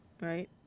right